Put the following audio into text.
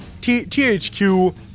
THQ